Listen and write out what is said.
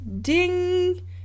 Ding